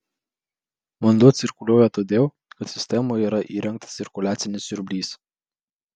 vanduo cirkuliuoja todėl kad sistemoje yra įrengtas cirkuliacinis siurblys